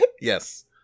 Yes